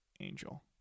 Angel